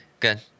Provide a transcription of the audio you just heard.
Good